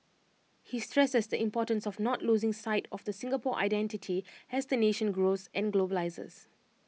he stresses the importance of not losing sight of the Singapore identity as the nation grows and globalises